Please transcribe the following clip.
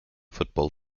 football